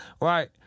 Right